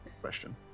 question